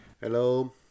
Hello